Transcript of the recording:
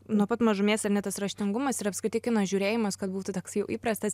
nuo pat mažumės ar ne tas raštingumas ir apskritai kino žiūrėjimas kad būtų toks jau įprastas